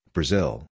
Brazil